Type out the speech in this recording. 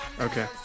Okay